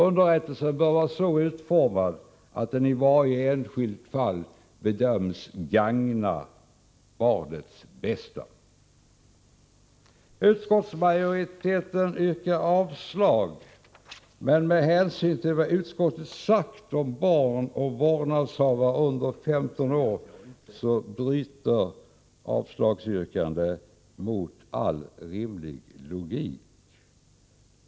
Underrättelsen bör vara så utformad att den i varje enskilt fall bedöms gagna barnets bästa. Utskottsmajoriten yrkar avslag. Med hänsyn till vad utskottet sagt om barn och vårdnadshavare under 15 år, bryter avslagsyrkandet mot all rimlig lokik.